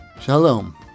shalom